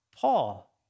Paul